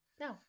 no